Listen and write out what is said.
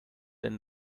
and